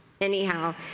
Anyhow